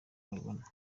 babibona